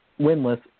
winless